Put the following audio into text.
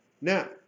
Now